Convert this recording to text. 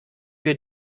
wir